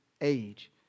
age